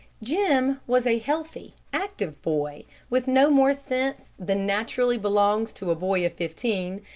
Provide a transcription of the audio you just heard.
jim was a healthy, active boy, with no more sense than naturally belongs to a boy of fifteen,